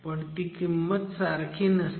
पण ती किंमत सारखी नसते